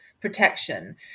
protection